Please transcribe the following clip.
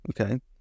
Okay